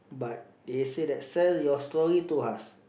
but they say that sell your story to us